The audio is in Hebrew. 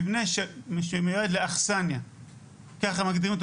שמבנה שמכונה אכסניה-ככה מגדירים אותו